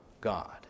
God